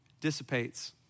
dissipates